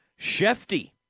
Shefty